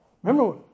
Remember